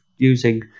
Using